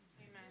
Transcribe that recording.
Amen